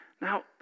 Now